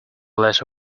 glass